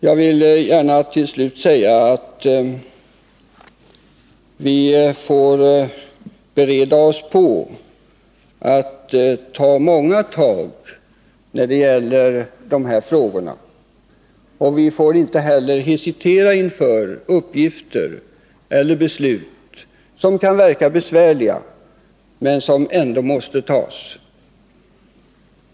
Jag vill gärna till slut säga att vi får bereda oss på att ta många tag när det gäller de här frågorna. Vi får heller inte hesitera inför beslut som kan verka besvärliga men som ändå måste fattas.